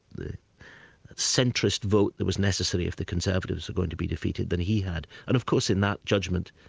the centrist vote that was necessary if the conservatives were going to be defeated, than he had. and of course in that judgment,